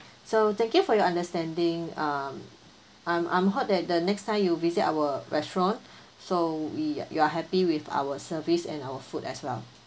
so thank you for your understanding um I'm I'm hope that the next time you visit our restaurant so we you are happy with our services and our food as well